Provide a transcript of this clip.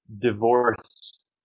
divorce